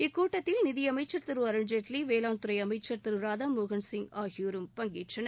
இக்கூட்டத்தில் நிதியமைச்ச் திரு அருண்ஜேட்லி வேளாண் துறை அமைச்ச் திரு ராதாமோகன் சிங் ஆகியோரும் பங்கேற்றனர்